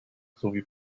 sowie